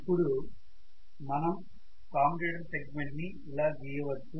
ఇప్పుడు మనం commutator segment ని ఇలా గీయవచ్చు